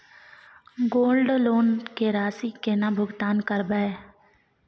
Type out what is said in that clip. Gold loan के राशि केना भुगतान करबै?